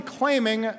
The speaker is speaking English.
claiming